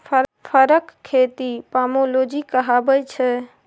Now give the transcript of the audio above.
फरक खेती पामोलोजी कहाबै छै